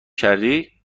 کردی